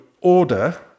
order